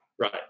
right